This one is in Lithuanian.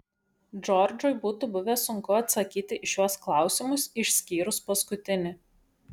džordžui būtų buvę sunku atsakyti į šiuos klausimus išskyrus paskutinį